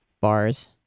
bars